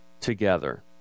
together